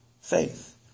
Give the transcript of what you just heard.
faith